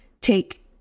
take